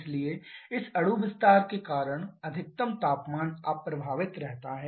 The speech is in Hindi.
इसलिए इस अणु विस्तार के कारण अधिकतम तापमान अप्रभावित रहता है